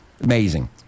Amazing